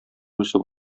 үсеп